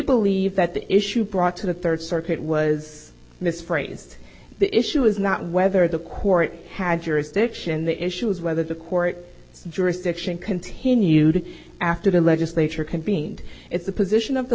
believe that the issue brought to the third circuit was misphrased the issue is not whether the court had jurisdiction the issue is whether the court jurisdiction continued after the legislature convened it's the position of the